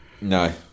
No